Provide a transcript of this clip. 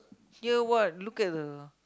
here what look at the